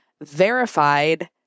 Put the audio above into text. verified